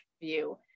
view